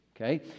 Okay